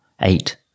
eight